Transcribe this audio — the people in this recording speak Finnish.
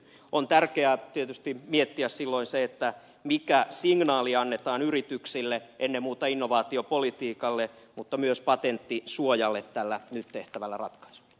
on tärkeää tietysti miettiä silloin sitä mikä signaali annetaan yrityksille ennen muuta innovaatiopolitiikalle mutta myös patenttisuojalle tällä nyt ehkä valoa